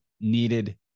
needed